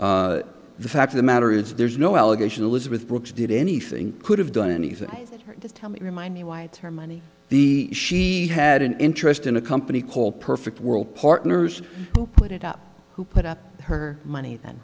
is the fact of the matter is there's no allegation elizabeth brooks did anything could have done anything to tell me remind me why it's her money the she had an interest in a company called perfect world partners who put it up who put up her money